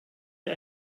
der